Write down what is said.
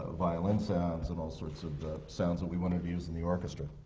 violin sounds and all sorts of sounds that we wanted to use in the orchestra.